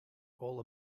all